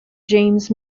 james